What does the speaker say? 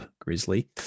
Grizzly